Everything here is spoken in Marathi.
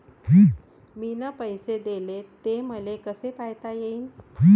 मिन पैसे देले, ते मले कसे पायता येईन?